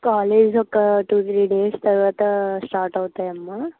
కాలేజ్లు ఒక two three days తర్వత start అవుతాయి అమ్మ